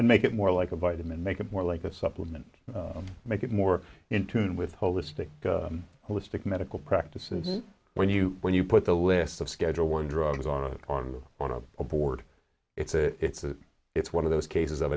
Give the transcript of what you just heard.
then make it more like a vitamin make it more like a supplement make it more in tune with holistic holistic medical practices when you when you put the list of schedule one drugs on on the front of a board it's a it's a it's one of those cases of